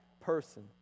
person